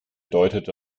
deutete